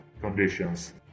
conditions